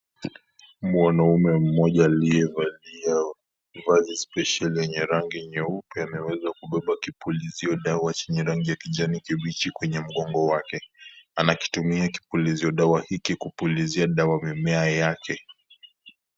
Mwanaume mmoja aliyevalia vazi spesheli yenye rangi nyeupe limeweza kipulizio dawa chenye rangi ya kijani kibichi kwenye mkongo wake, anakitumia kipilizio dawa hiki kupulizia dawa mimea yake.